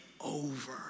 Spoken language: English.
over